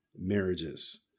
marriages